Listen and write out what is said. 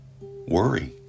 worry